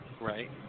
right